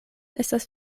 estas